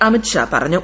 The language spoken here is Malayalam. അമിത്ഷാ പറഞ്ഞു